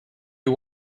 you